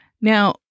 Now